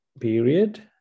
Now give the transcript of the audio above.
period